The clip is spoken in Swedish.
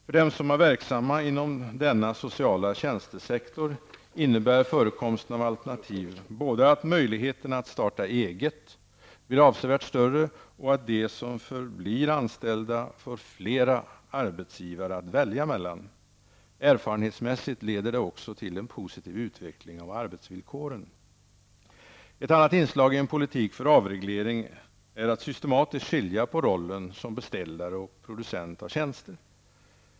För dem som är verksamma inom denna sociala tjänstesektor innebär förekomsten av alternativ både att möjligheterna att starta eget blir avsevärt större och att de som förblir anställda får flera arbetsgivare att välja mellan. Erfarenhetsmässigt leder det också till en positiv utveckling av arbetsvillkoren. Ett annat inslag i en politik för avreglering är att systematiskt skilja på rollen som beställare och producent av tjänster.